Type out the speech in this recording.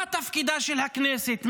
מה תפקידה של הכנסת?